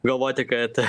galvoti kad